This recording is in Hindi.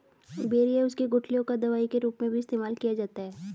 बेर और उसकी गुठलियों का दवाई के रूप में भी इस्तेमाल किया जाता है